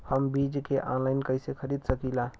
हम बीज के आनलाइन कइसे खरीद सकीला?